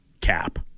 cap